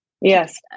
Yes